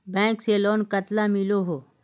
Bank से loan कतला मिलोहो?